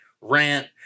rant